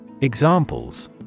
Examples